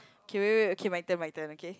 okay wait wait wait okay my turn my turn okay